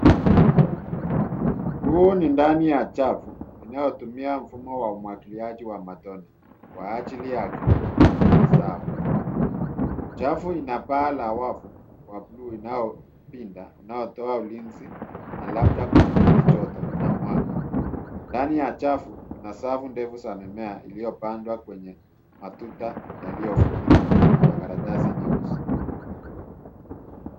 Huu ni ndani ya chafu inayotumia mfumo wa umwagiliaji wa matone kwa ajili ya kilimo ya mazao. Chafu ina paa la wavu wa bluu unaopinda unaotoa ulinzi na labda kuthibiti joto na mwanga. Ndani ya chafu kuna safu ndefu za mimea iliyopandwa kwenye matuta yaliyofunikwa na karatasi nyeusi.